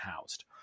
housed